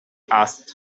asked